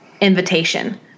invitation